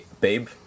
Babe